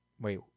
wait